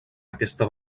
aquesta